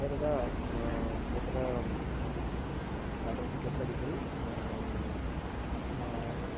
হয় দাদা মোক এটা ফ্লাইটৰ টিকেট লাগিছিল মই